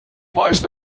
weiß